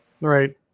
Right